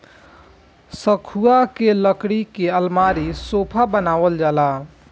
सखुआ के लकड़ी के अलमारी, सोफा बनावल जाला